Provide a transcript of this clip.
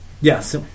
Yes